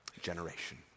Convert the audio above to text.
generation